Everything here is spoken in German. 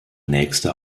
nächste